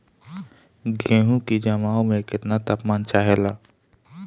गेहू की जमाव में केतना तापमान चाहेला?